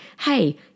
hey